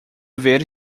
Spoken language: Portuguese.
ver